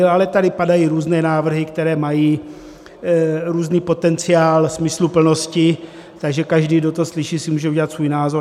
Ale tady padají různé návrhy, které mají různý potenciál smysluplnosti, takže každý, kdo to slyší, si může udělat svůj názor.